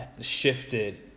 shifted